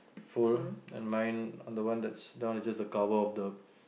full and mine the one that's that one is just a cover of the